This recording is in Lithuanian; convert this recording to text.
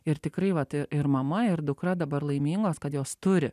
ir tikrai vat i ir mama ir dukra dabar laimingos kad jos turi